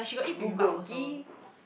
Bulgogi